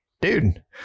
Dude